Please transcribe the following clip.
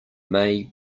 may